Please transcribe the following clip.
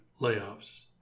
layoffs